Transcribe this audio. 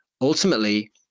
ultimately